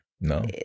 no